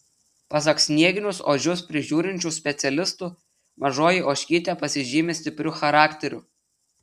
pasak snieginius ožius prižiūrinčių specialistų mažoji ožkytė pasižymi stipriu charakteriu